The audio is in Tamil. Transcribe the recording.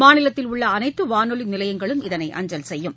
மாநிலத்தில் உள்ளஅனைத்துவானொலிநிலையங்களும் இதனை அஞ்சல் செய்யும்